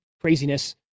craziness